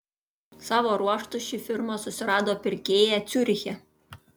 savo ruožtu ši firma susirado pirkėją ciuriche